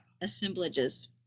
assemblages